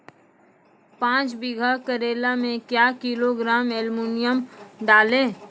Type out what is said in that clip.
पाँच बीघा करेला मे क्या किलोग्राम एलमुनियम डालें?